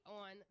on